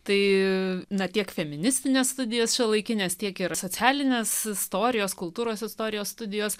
tai ne tiek feministinės studijos šiuolaikinės tiek ir socialinės istorijos kultūros istorijos studijos